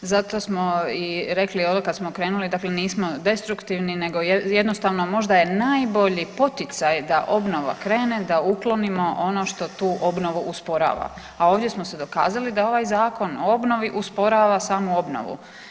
Zato smo i rekli kada smo krenuli dakle nismo destruktivni, nego jednostavno možda je najbolji poticaj da obnova krene da uklonimo ono što tu obnovu usporava, a ovdje smo se dokazali da ovaj Zakon o obnovi usporava samu obnovu.